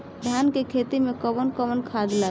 धान के खेती में कवन कवन खाद लागी?